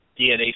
DNA